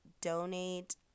donate